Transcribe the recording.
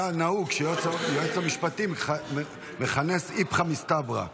נהוג שהיועץ המשפטי יכנס איפכא מסתברא,